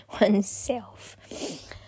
oneself